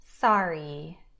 sorry